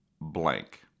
blank